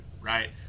right